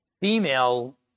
female